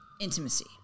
intimacy